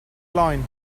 line